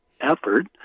effort